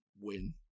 win